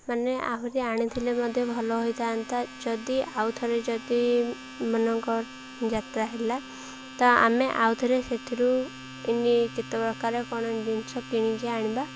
ମାନେ ଆହୁରି ଆଣିଥିଲେ ମଧ୍ୟ ଭଲ ହୋଇଥାନ୍ତା ଯଦି ଆଉଥରେ ଯଦି ଯାତ୍ରା ହେଲା ତ ଆମେ ଆଉଥରେ ସେଥିରୁ କେତେ ପ୍ରକାର କ'ଣ ଜିନିଷ କିଣିକି ଆଣିବା